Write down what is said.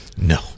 No